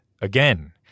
Again